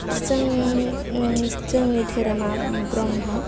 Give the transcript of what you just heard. जों जोंनि धोरोमा ब्रह्म